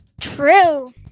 True